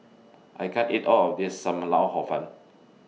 I can't eat All of This SAM Lau Hor Fun